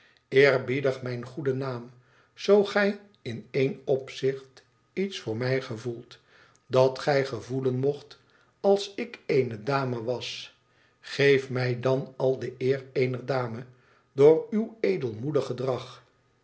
eerbiedig mijn goeden naam zoo gij in één opzicht iets voor mij gevoelt dat gij gevoelen mocht als ik eene dame was geef mij dan al de eer eener dame door uw edelmoedig gedrag